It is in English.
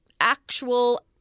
actual